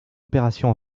opération